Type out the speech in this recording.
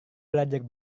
belajar